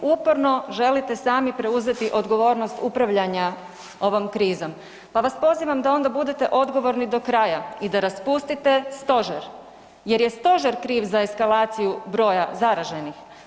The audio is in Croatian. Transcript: Uporno želite sami preuzeti odgovornost upravljanja ovom krizom, pa vas pozivam da onda budete odgovorite do kraja i da raspustite stožer jer je stožer kriv za eskalaciju broja zaraženih.